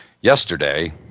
yesterday